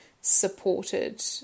supported